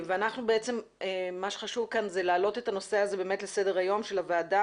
מה חשוב כאן זה להעלות את הנושא הזה לסדר היום של הוועדה